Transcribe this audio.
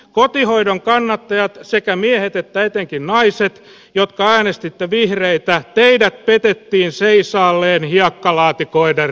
kotihoidon kannattajat sekä miehet että etenkin naiset jotka äänestitte vihreitä teidät petettiin seisaalleen hiekkalaatikoiden reunoille